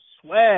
swag